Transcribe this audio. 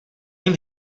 jim